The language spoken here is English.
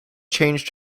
changed